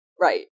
Right